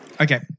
Okay